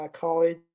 College